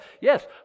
yes